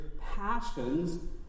passions